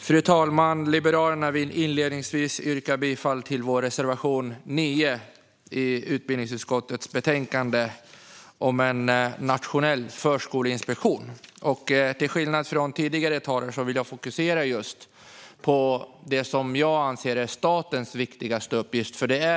Fru talman! Jag vill inledningsvis yrka bifall till Liberalernas reservation nr 9 i utbildningsutskottets betänkande, om en nationell förskoleinspektion. Till skillnad från tidigare talare vill jag fokusera på just det som jag anser är statens viktigaste uppgift.